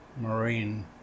Marine